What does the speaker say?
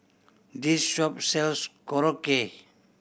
this shop sells Korokke